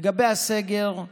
לגבי הסגר,